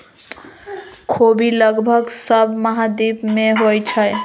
ख़ोबि लगभग सभ महाद्वीप में होइ छइ